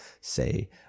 say